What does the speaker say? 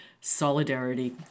solidarity